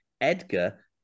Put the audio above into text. Edgar